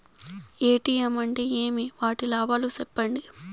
ATM అంటే ఏమి? వాటి లాభాలు సెప్పండి?